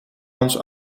ons